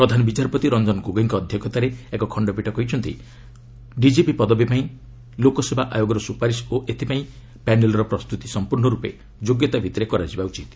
ପ୍ରଧାନ ବିଚାରପତି ରଞ୍ଜନ ଗୋଗୋଇଙ୍କ ଅଧ୍ୟକ୍ଷତାରେ ଏକ ଖଣ୍ଡପୀଠ କହିଛନ୍ତି ଡିକିପି ପଦବୀ ପାଇଁ ଲୋକସେବା ଆୟୋଗର ସୁପାରିସ ଓ ଏଥିପାଇଁ ପ୍ୟାନେଲ୍ର ପ୍ରସ୍ତୁତି ସମ୍ପର୍ଷର୍ଣରପେ ଯୋଗ୍ୟତା ଭିତ୍ତିରେ କରାଯିବା ଉଚିତ